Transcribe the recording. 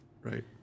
Right